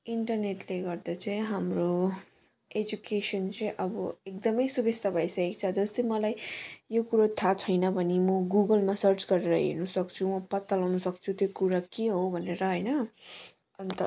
इन्टरनेटले गर्दा चाहिँ हाम्रो एजुकेसन चाहिँ अब एकदमै सुविस्ता भइसकेको छ जस्तै मलाई यो कुरो थाहा छैन भने म गुगलमा सर्च गरेर हेर्नु सक्छु म पत्ता लाउन सक्छु त्यो कुरा के हो भनेर हैन अनि त